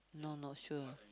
now not sure